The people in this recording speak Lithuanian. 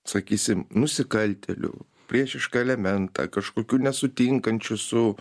sakysim nusikaltėlių priešišką elementą kažkokių nesutinkančių su